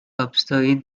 обстоит